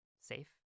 safe